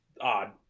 odd